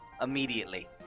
immediately